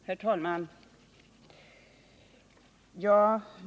Herr talman!